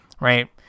right